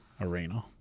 Arena